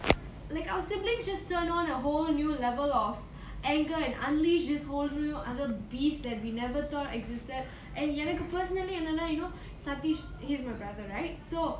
like our siblings just turn on a whole new level of anger and unleash this whole new other beast that we never thought existed and எனக்கு:enakku personally என்னனா:ennanaa and you know sathish he's my brother right so